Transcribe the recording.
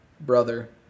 brother